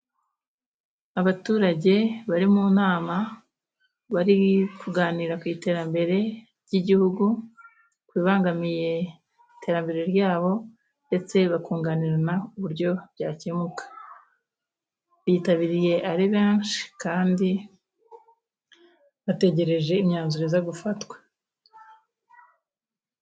Abaturage bari mu nama bari kuganira ku iterambere ry'igihugu ku bibangamiye iterambere ryabo, ndetse bakunganirana uburyo byakemuka. Bitabiriye ari benshi kandi bategereje imyanzuro iza gufatwa.